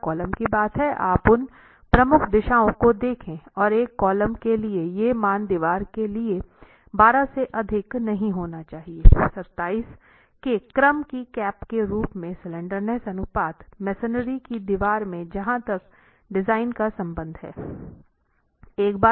जहां तक कॉलमों की बात है आप उन प्रमुख दिशाओं को देखें और एक कॉलम के लिए ये मान दीवार के लिए 12 से अधिक नहीं होना चाहिए 27 के क्रम की कैप के रूप में स्लैंडरनेस अनुपात मेसनरी की दीवार में जहाँ तक डिजाइन का संबंध है